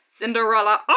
Cinderella